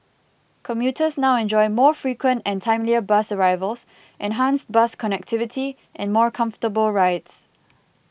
commuters now enjoy more frequent and timelier bus arrivals enhanced bus connectivity and more comfortable rides